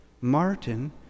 Martin